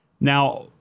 Now